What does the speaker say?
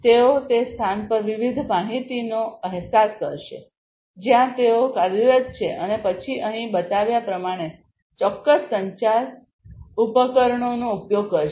તેઓ તે સ્થાન પર વિવિધ માહિતીનો અહેસાસ કરશે જ્યાં તેઓ કાર્યરત છે અને પછી અહીં બતાવ્યા પ્રમાણે ચોક્કસ સંચાર ઉપકરણોનો ઉપયોગ કરશે